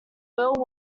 will